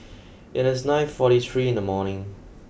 it is nine forty three in the morning